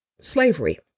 slavery